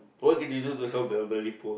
what can you do to help the elderly poor